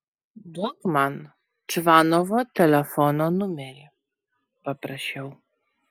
duok man čvanovo telefono numerį paprašiau